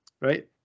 right